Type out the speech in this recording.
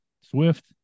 Swift